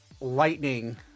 lightning